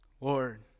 Lord